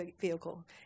vehicle